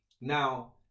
Now